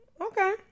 Okay